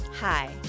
Hi